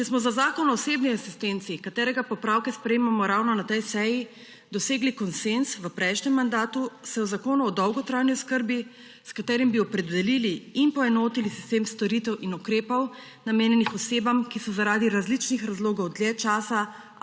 Če smo za Zakon o osebni asistenci, katerega popravke sprejemamo ravno na tej seji, dosegli konsenz v prejšnjem mandatu, se o zakonu o dolgotrajni oskrbi, s katerim bi opredelili in poenotili sistem storitev in ukrepov, namenjenih osebam, ki so zaradi različnih razlogov dlje časa